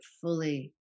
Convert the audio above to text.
fully